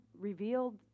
revealed